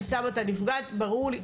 אני שמה את הנפגעת, ברור לי.